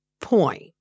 point